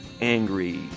angry